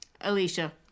Alicia